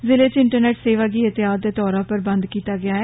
जिले च इंटरनेट सेवा गी एहतियात दे तौरा पर बंद कीता गेआ ऐ